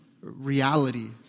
reality